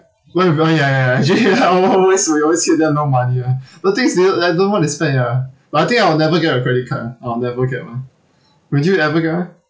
when we go ya ya ya actually like al~ always we always hear them no money [one] the things they bought like don't know what they spend ya but I think I'll never get a credit card ah I'll never get one would you ever get one